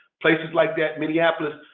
places like that, minneapolis.